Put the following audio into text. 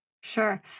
Sure